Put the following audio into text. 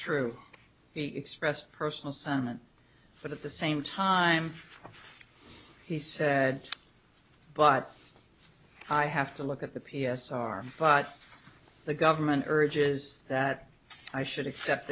he expressed personal sentiment but at the same time he said but i have to look at the p s r but the government urges that i should accept